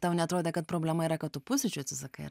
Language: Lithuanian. tau neatrodė kad problema yra kad tu pusryčių atsisakai ar